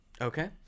Okay